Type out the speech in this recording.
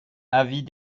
avis